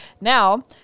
now